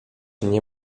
nie